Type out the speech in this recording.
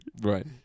Right